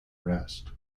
rest